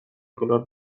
color